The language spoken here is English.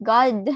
God